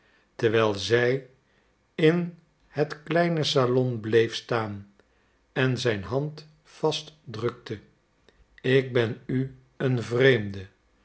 terwijl zij in het kleine salon bleef staan en zijn hand vast drukte ik ben u een vreemde